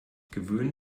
gewöhnen